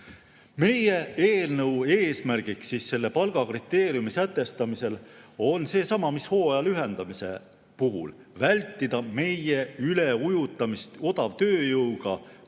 Meie eelnõu eesmärk selle palgakriteeriumi sätestamisel on seesama, mis hooaja lühendamise puhul: vältida meie üleujutamist odavtööjõuga, toetada